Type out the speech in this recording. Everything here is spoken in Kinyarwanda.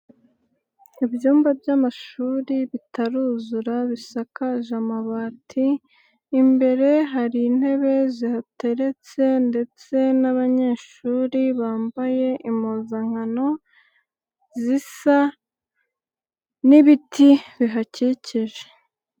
Ibyumba by'amashuri bitaruzura bisakaje amabati, imbere hari intebe zihateretse ndetse n'abanyeshuri bambaye impuzankano, zisa, n'ibiti bihakikije.